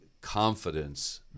confidence